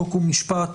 חוק ומשפט